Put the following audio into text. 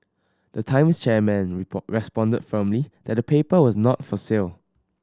the Times chairman report responded firmly that the paper was not for sale